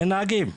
אין נהגים.